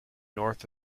north